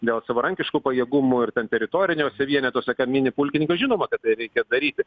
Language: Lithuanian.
dėl savarankiškų pajėgumų ir ten teritoriniuose vienetuose ten mini pulkininkas žinoma kad tai reikia daryti